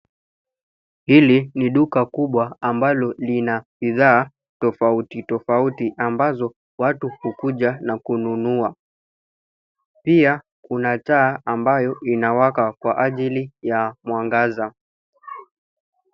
Hili ni duka kubwa ambalo lina bidhaa tofauti tofauti ambazo watu hukuja na kununua. Pia kuna taa ambayo inawaka kwa ajili ya mwangaza.